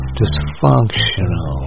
dysfunctional